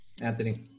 anthony